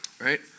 Right